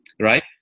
right